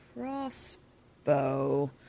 crossbow